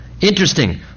Interesting